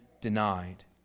denied